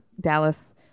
Dallas